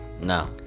No